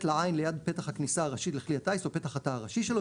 לעין ליד פתח הכניסה הראשית לכלי הטיס או פתח התא הראשי שלו,